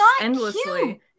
endlessly